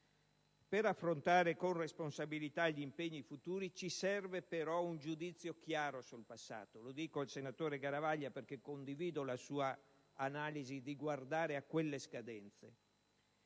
Per affrontare con responsabilità gli impegni futuri ci serve però un giudizio chiaro sul passato: lo dico al senatore Massimo Garavaglia, perché condivido la sua analisi, di guardare a quelle scadenze.